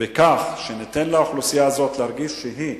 בכך שניתן לאוכלוסייה הזאת להרגיש שהיא